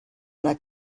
una